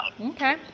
okay